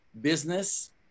business